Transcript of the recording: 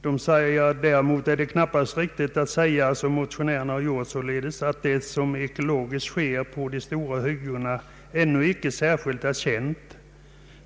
Det heter där: ”Däremot är det knappast riktigt att säga” — som motionärerna alltså har gjort — ”att det som ekologiskt sker på de stora hyggena ännu inte är särskilt känt.